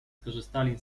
skorzystali